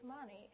money